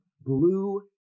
blue